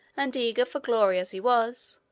and eager for glory as he was,